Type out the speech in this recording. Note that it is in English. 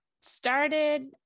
started